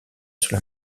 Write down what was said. sur